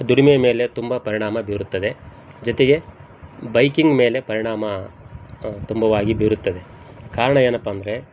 ದುಡಿಮೆ ಮೇಲೆ ತುಂಬ ಪರಿಣಾಮ ಬೀರುತ್ತದೆ ಜೊತೆಗೆ ಬೈಕಿಂಗ್ ಮೇಲೆ ಪರಿಣಾಮ ತುಂಬವಾಗಿ ಬೀರುತ್ತದೆ ಕಾರಣ ಏನಪ್ಪ ಅಂದರೆ